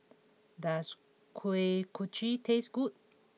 does Kuih Kochi taste good